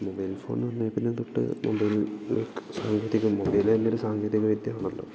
mobile phone വന്നേപ്പിന്നെ തൊട്ട് mobile like സാങ്കേതിക മൊബൈലന്നൊരു സാങ്കേതികവിദ്യയാണല്ലോ